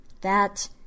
That